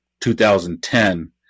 2010